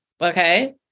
okay